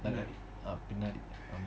பின்னாடி:pinnadi